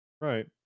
Right